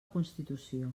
constitució